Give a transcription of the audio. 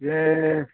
ଯେ